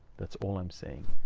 that's all i'm saying.